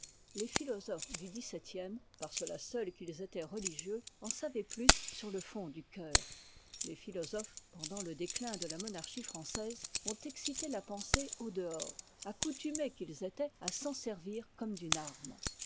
les philosophes du dixseptième par cela seut qu'ils étaient religieux en savaient plus sur le fond du cœur les philosophes pendant le déclin de la monarchie française ont excité la pensée au dehors accoutumés qu'ils étaient à s'en servir comme d'une arme